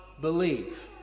believe